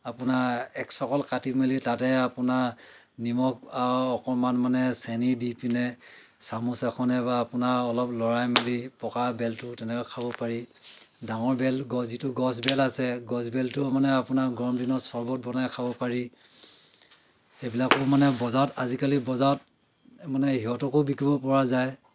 আপোনাৰ এক চকল কাটি মেলি তাতে আপোনাৰ নিমখ আৰু অকণমান মানে চেনী দি পিনে চামুচ এখনে বা আপোনাৰ অলপ লৰাই মেলি পকা বেলটো তেনেকৈ খাব পাৰি ডাঙৰ বেল গছ যিটো গছ বেল আছে গছ বেলটো মানে আপোনাৰ গৰম দিনত চৰ্বত বনাই খাব পাৰি সেইবিলাকো মানে বজাৰত আজিকালি বজাৰত মানে সিহঁতকো বিক্ৰীব পৰা যায়